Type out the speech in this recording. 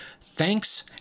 Thanks